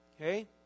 Okay